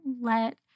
let